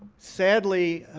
sadly,